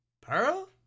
Pearl